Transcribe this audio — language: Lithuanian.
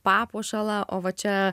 papuošalą o va čia